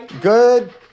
Good